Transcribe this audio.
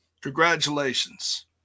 Congratulations